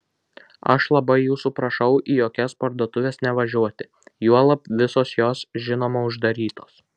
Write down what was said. aš labai jūsų prašau į jokias parduotuves nevažiuoti juolab visos jos žinoma uždarytos